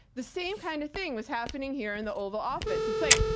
the same kind of thing was happening here, in the oval office. it's like,